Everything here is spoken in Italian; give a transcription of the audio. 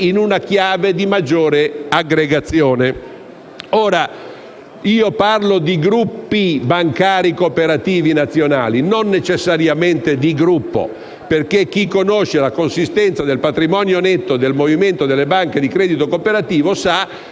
in una chiave di maggiore aggregazione. Ora, io parlo di gruppi bancari cooperativi nazionali, non necessariamente di gruppo, perché chi conosce la consistenza del patrimonio netto del movimento delle banche di credito cooperativo sa che